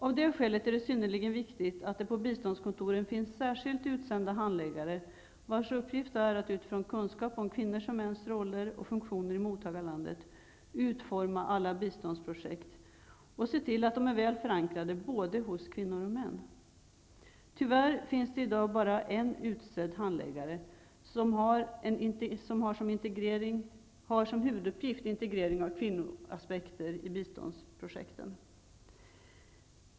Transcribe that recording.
Av detta skäl är det synnerligen viktigt att det på biståndskontoren finns särskilt utsända handläggare, vilkas uppgift är att utifrån kunskap om kvinnors och mäns roller och funktioner i mottagarlandet utforma alla biståndsprojekt och se till att de är väl förankrade hos både kvinnor och män. Tyvärr finns det i dag bara en utsedd handläggare som har som huvuduppgift integrering av kvinnoaspekter i biståndsprojekten.